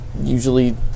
usually